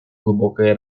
глубокое